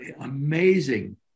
amazing